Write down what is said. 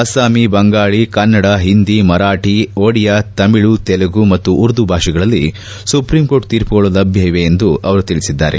ಅಸ್ಸಾಮಿ ಬಂಗಾಳಿ ಕನ್ನಡ ಹಿಂದಿ ಮರಾಠಿ ಒಡಿಯಾ ತಮಿಳು ತೆಲುಗು ಮತ್ತು ಉರ್ದು ಭಾಷೆಗಳಲ್ಲಿ ಸುಪ್ರೀಂಕೋರ್ಟ್ ತೀರ್ಮಗಳು ಲಭ್ಯ ಇವೆ ಎಂದು ಅವರು ತಿಳಿಸಿದ್ದಾರೆ